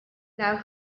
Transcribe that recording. now